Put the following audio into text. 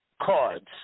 cards